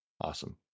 Awesome